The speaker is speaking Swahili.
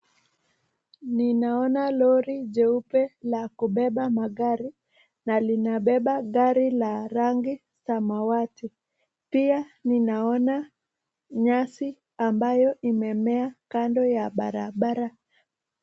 Ninaona lori jeupe la kubeba magari na linabeba gari la rangi samawati. Pia ninaona nyasi ambayo imemea kando ya barabara.